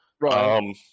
Right